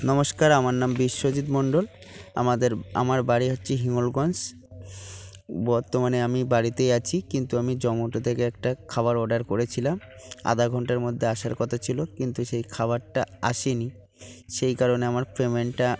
নমস্কার আমার নাম বিশ্বজিৎ মন্ডল আমাদের আমার বাড়ি হচ্ছে হিঙ্গলগঞ্জ বর্তমানে আমি বাড়িতেই আছি কিন্তু আমি জোমাটো থেকে একটা খাবার অর্ডার করেছিলাম আধ ঘণ্টার মধ্যে আসার কথা ছিল কিন্তু সেই খাবারটা আসেনি সেই কারণে আমার পেমেন্টটা